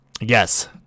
Yes